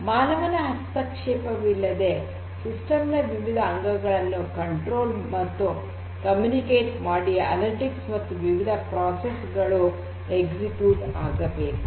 ಮಾನವನ ಹಸ್ತಕ್ಷೇಪವಿಲ್ಲದೆ ಸಿಸ್ಟಮ್ ನ ವಿವಿಧ ಅಂಗಗಳನ್ನು ನಿಯಂತ್ರಣ ಮತ್ತು ಸಂವಹನ ಮಾಡಿ ಅನಲಿಟಿಕ್ಸ್ ಮತ್ತು ವಿವಿಧ ಪ್ರೋಸೆಸ್ ಪ್ರಕ್ರಿಯೆಗಳು ಕಾರ್ಯಗತ ಆಗಬೇಕು